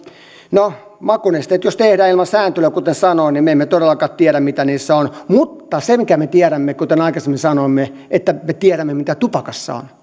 no makunesteet jos tehdään ilman sääntelyä kuten sanoin niin me emme todellakaan tiedä mitä niissä on mutta kuten aikaisemmin sanoin me tiedämme mitä tupakassa on